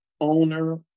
owner